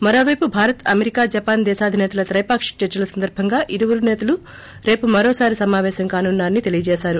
మరోపైపు Bharat America Japan దేశాధిసేతల తైపాక్షిక చర్చల సందర్బంగా ఇరువురు నేతలు రేపు మరోసారి సమాపేశం కానున్నారని తెలియజేసారు